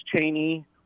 Cheney